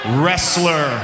wrestler